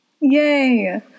Yay